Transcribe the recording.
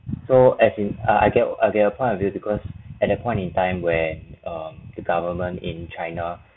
so as in ah get I get a point of view because at that point in time when the government in china